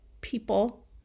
people